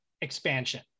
expansion